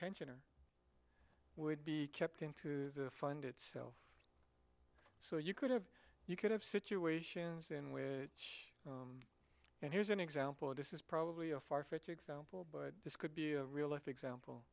pension or would be kept in to fund it so you could you could have situations in which and here's an example of this is probably a far fetched example but this could be a real life example